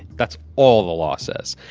that's all the law says.